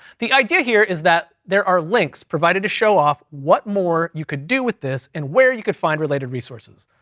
the idea here is that there are links provided to show off what more you could do with this, and where you could find related resources.